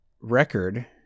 record